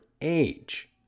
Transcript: age